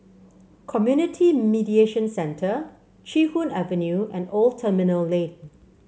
Community Mediation Centre Chee Hoon Avenue and Old Terminal Lane